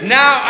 now